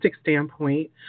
standpoint